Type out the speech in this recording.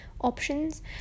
options